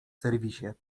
serwisie